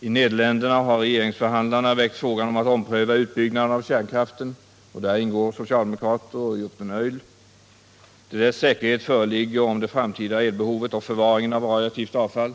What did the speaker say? I Nederländerna har regeringsförhandlarna — bland vilka återfinns socialdemokraten Joop den Uyl — aktualiserat en omprövning av frågan om utbyggnaden av kärnkraften till dess säkerhet föreligger om det framtida elbehovet och om förvaringen av radioaktivt avfall.